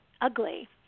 ugly